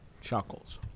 chuckles